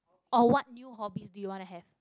or what new hobbies do you want to have